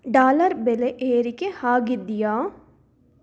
dollar ಬೆಲೆ ಏರಿಕೆ ಆಗಿದ್ಯಾ